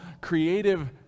creative